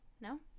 No